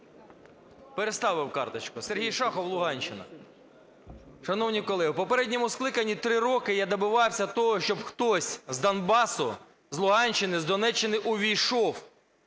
Переставив карточку. Сергій Шахов, Луганщина. Шановні колеги, у попередньому скликанні три роки я добивався того, щоб хтось з Донбасу, з Луганщини, з Донеччини увійшов